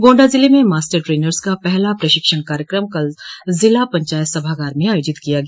गोंडा ज़िले में master trainers का पहला प्रशिक्षण कार्यक्रम कल जिला पंचायत सभागार में आयोजित किया गया